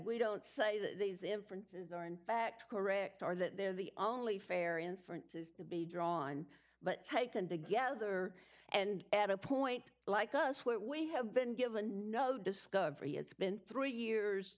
we don't say that these inferences are in fact correct or that they're the only fair inference is to be drawn but taken together and at a point like us where we have been given no discovery it's been three years